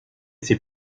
ses